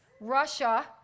Russia